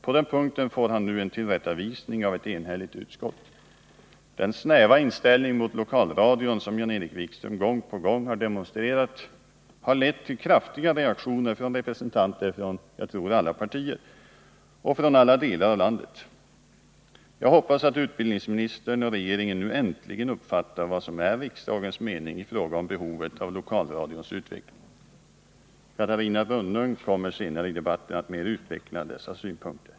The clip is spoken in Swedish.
På den punkten får han nu en tillrättavisning av ett enigt utskott. Den snäva inställning mot lokalradion som Jan-Erik Wikström gång på gång har demonstrerat har lett till kraftiga reaktioner från representanter för, tror jag, alla partier och från alla delar av landet. Jag hoppas att utbildningsministern och regeringen nu äntligen uppfattar vad som är riksdagens mening i fråga om behovet av lokalradions utveckling. Catarina Rönnung kommer senare i debatten att mer utveckla dessa synpunkter.